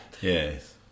Yes